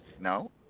No